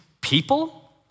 people